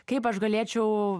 kaip aš galėčiau